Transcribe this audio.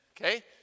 Okay